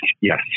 Yes